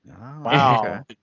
wow